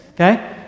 Okay